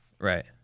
Right